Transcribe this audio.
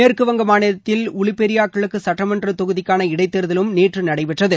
மேற்குவங்க மாநிலத்தில் உலுபேரியா கிழக்கு சட்டமன்ற தொகுதிக்கான இடைத் தேர்தலும் நேற்று நடைபெற்றது